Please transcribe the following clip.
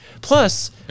Plus